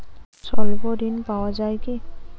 স্বল্প ঋণ পাওয়া য়ায় কি?